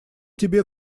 тебе